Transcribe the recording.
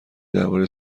درباره